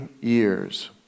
years